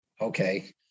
okay